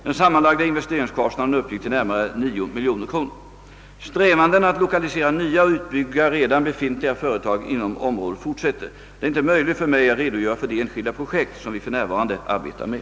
Den sammanlagda investeringskostnaden uppgick till närmare 9 miljoner kronor. Strävandena att lokalisera nya och utbygga redan befintliga före tag inom området fortsätter. Det är inte möjligt för mig att redogöra för de enskilda projekt som vi för närvarande arbetar med.